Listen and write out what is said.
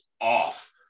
off